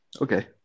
Okay